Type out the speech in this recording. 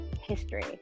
history